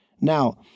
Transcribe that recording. Now